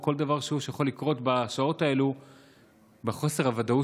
או כל דבר שהוא יכול לקרות בשעות האלה בחוסר הוודאות